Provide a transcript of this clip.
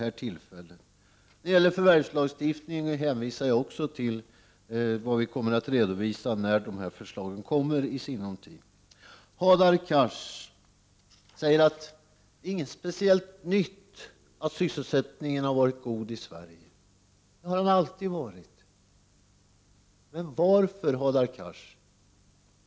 När det gäller förvärvslagstiftningen hänvisar jag också till vad vi kommer att redovisa när de här förslagen i sinom tid kommer. Hadar Cars säger att det inte är något speciellt nytt att sysselsättningen i Sverige har varit god; det har den alltid varit. Men varför, Hadar Cars?